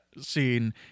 scene